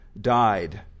died